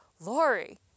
Lori